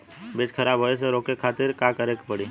बीज खराब होए से रोके खातिर का करे के पड़ी?